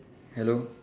hello